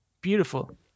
beautiful